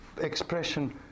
expression